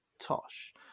tosh